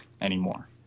anymore